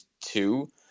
two